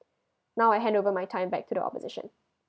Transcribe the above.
now I handover my time back to the opposition